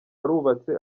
arubatse